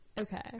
Okay